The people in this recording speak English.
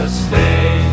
stay